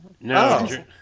No